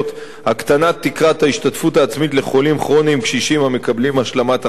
הקטנת תקרת ההשתתפות העצמית לחולים כרוניים קשישים המקבלים השלמת הכנסה,